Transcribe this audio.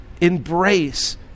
embrace